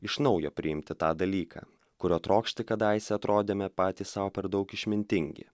iš naujo priimti tą dalyką kurio trokšti kadaise atrodėme patys sau per daug išmintingi